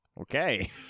Okay